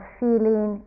feeling